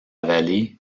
vallée